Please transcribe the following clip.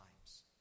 times